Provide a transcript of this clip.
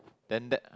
then that